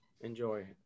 Enjoy